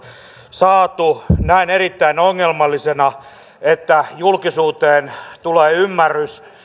saatu näen erittäin ongelmallisena että julkisuuteen tulee ymmärrys